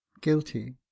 GUILTY